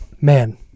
Man